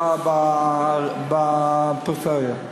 בפריפריה.